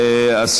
אדוני.